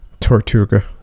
Tortuga